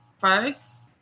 first